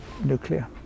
nuclear